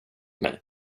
mig